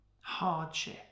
hardship